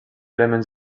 elements